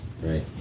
Right